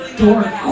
dork